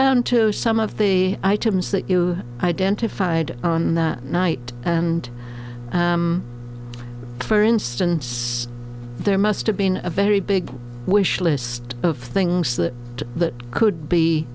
down to some of the items that you identified that night and for instance there must have been a very big wish list of things that could